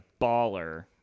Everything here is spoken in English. baller